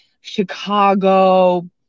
chicago